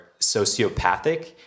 sociopathic